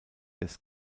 des